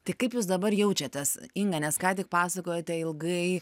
tai kaip jūs dabar jaučiatės inga nes ką tik pasakojote ilgai